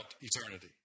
eternity